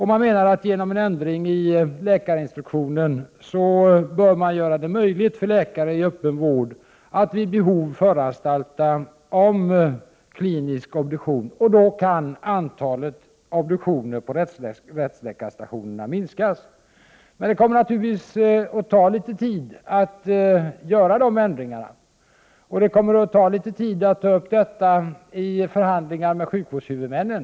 Man menar att genom en ändring i läkarinstruktionen bör det göras möjligt för läkare i öppenvård att vid behov föranstalta om klinisk obduktion. På så sätt kan antalet obduktioner på rättsläkarstationerna minskas. Men det kommer naturligtvis att ta litet tid att göra dessa ändringar, och det kommer att ta litet tid att ta upp detta i förhandlingar med sjukvårdshuvudmännen.